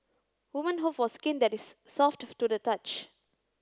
women hope for skin that is soft to the touch